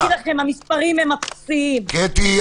אני אגיד לכם המספרים הם מפתיעים -- קטי,